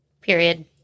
Period